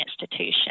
institution